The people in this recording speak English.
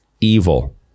evil